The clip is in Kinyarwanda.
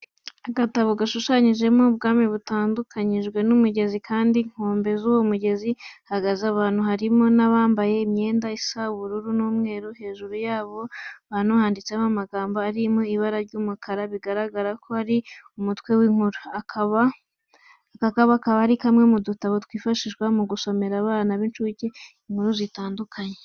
Agatabo gashushanyijeho ubwami butandukanyijwe n'umugezi kandi ku nkombe z'uwo mugezi hahagaze abantu, harimo n'abambaye imyenda isa ubururu n'umweru. Hejuru y'abo bantu handitse amagambo ari mu ibara ry'umukara, bigaragara ko ari umutwe w'inkuru. Aka kakaba ari kamwe mu dutabo twifashishwa mu gusomera abana b'incuke inkuru zitandukanye.